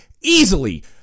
easily